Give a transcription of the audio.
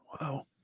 Wow